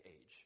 age